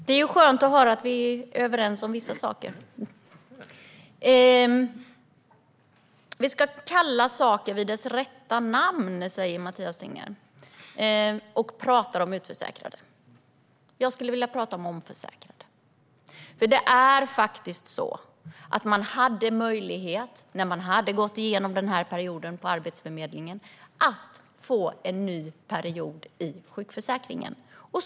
Herr talman! Det är skönt att höra att vi är överens om vissa saker. Vi ska kalla saker vid deras rätta namn, säger Mathias Tegnér, och talar om utförsäkrade. Jag skulle vilja tala om omförsäkrade. Det är faktiskt så att de hade möjlighet, när de hade gått igenom denna period på Arbetsförmedlingen, att få en ny period i sjukförsäkringen.